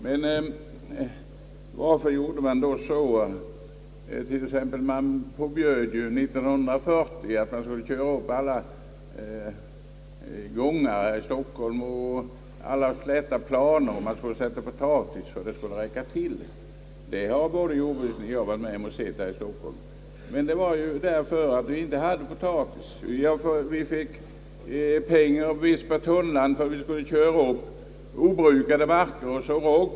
Men varför påbjöds då t.ex. 1940 att man skulle köra upp alla gångar i Stockholm och alla släta planer och sätta potatis för att dryga ut förråden? Det har både jordbruksministern och jag sett i Stockholm. Det skedde för att vi inte hade potatis. Vi fick en ersättning per tunnland för att köra upp obrukad mark och så råg på den.